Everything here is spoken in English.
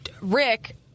Rick